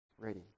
ready